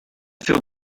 feel